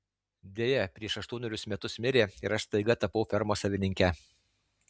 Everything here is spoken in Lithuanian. deja prieš aštuonerius metus mirė ir aš staiga tapau fermos savininke